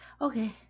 okay